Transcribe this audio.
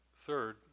Third